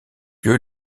lieu